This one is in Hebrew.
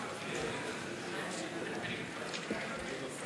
17 20,